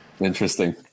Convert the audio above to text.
Interesting